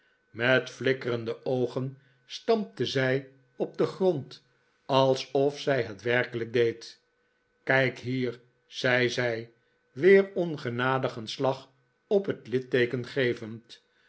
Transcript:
met flikkerende oogen stampte zij op den grond alsof zij het werkelijk deed kijk hier zei zij weer ongenadig een slag op het litteeken gevend